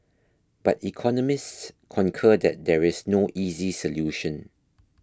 but economists concur that there is no easy solution